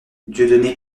dieudonné